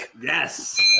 Yes